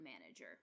manager